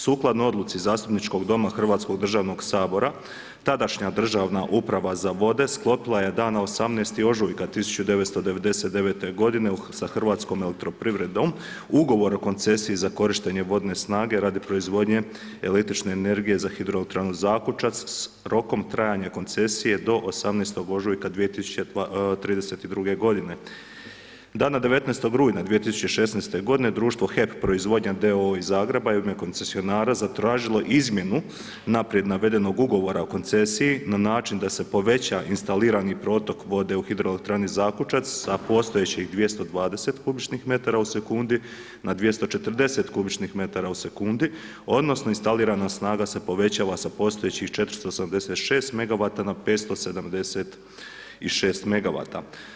Sukladno odluci, zastupničkog doma Hrvatskog državnog sabora, tadašnja državna uprava za vode, sklopila je dana 18. ožujka 1999. g. sa Hrvatskom elektroprivredom ugovor o koncesiji za korištenje vodne snage radi proizvodnje električne energije za hidroelektranu Zakučac s rokom trajanja koncesije do 18.3.2032. g. Dana 19.92016.g. društvo HEP proizvodnja d.o.o. iz Zagreba je u ime koncesionara zatražilo izmjenu unaprijed navedenog ugovora o koncesiji na način da se poveća instalirani protok vode u hidroelektrani Zakučac, a postojećih 220 kubičnih metara u sekundi, na 240 kubičnih metara u sekundi, odnosno, instalira snaga se poveća sa postojećih 486 megawata na 576 megawata.